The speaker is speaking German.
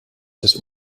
das